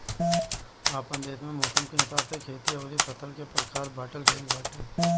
आपन देस में मौसम के हिसाब से खेती अउरी फसल के प्रकार बाँटल गइल बाटे